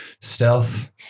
stealth